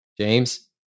James